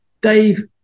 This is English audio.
Dave